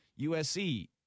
USC